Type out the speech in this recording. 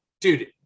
Dude